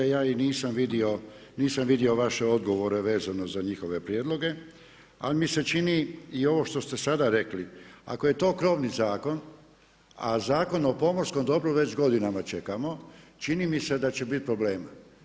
Ja ih nisam vidio, nisam vidio vaše odgovore vezano za njihove prijedloge, ali mi se čini i ovo što ste sada rekli ako je to krovni zakon, a Zakon o pomorskom dobru već godinama čekamo čini mi se da će bit problema.